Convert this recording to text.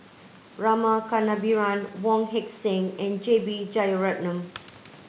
Rama Kannabiran Wong Heck Sing and J B Jeyaretnam